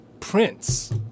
Prince